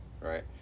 right